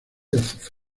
azufre